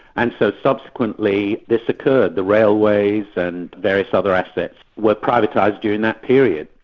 and so subsequently this occurred. the railways and various other assets were privatised during that period.